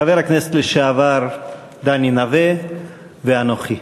חבר הכנסת לשעבר דני נוה ואנוכי.